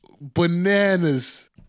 bananas